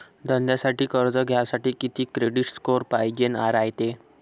धंद्यासाठी कर्ज घ्यासाठी कितीक क्रेडिट स्कोर पायजेन रायते?